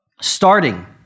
starting